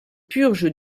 purges